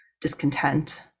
discontent